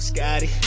Scotty